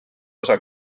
osa